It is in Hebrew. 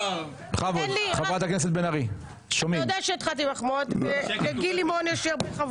יש לי הרבה כבוד לגיל לימון.